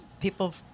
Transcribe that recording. people